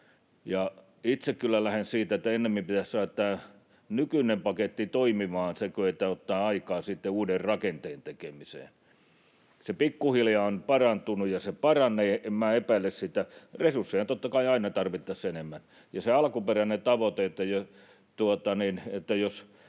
Itse kyllä lähden siitä, että ennemmin pitäisi saada tämä nykyinen paketti toimimaan kuin ottaa aikaa sitten uuden rakenteen tekemiseen. Se pikkuhiljaa on parantunut, ja se paranee, en minä epäile sitä. Resursseja totta kai aina tarvittaisiin enemmän, ja se alkuperäinen tavoite, että jos